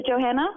Johanna